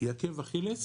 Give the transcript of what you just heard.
היא עקב אכילס